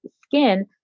skin